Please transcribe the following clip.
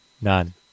None